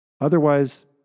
Otherwise